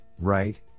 right